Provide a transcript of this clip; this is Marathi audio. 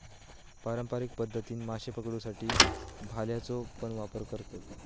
पारंपारिक पध्दतीन माशे पकडुसाठी भाल्याचो पण वापर करतत